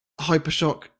Hypershock